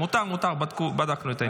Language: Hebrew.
מותר, מותר, בדקנו את העניין.